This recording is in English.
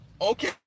okay